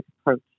approach